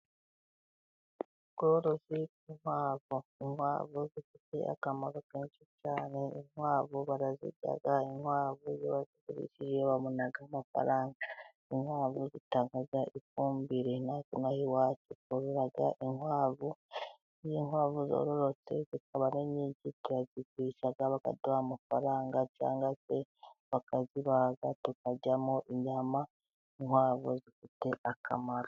Ubworozi bw'inkwavu, inkwavu zifite akamaro kenshi cyane, inkwavu barazirya, inkwavu iyo bazigurishije babona amafaranga, inkwavu zitanga ifumbire, impamvu inaha iwacu tworora inkwavu, iyo inkwavu zarorotse zikaba ari nyinshi turazigurisha bakaduha amafaranga cyangwa se bakazibaga tukaryamo inyama inkwavu zifite akamaro.